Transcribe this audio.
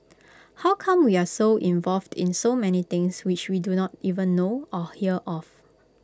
how come we are involved in so many things which we do not even know or hear of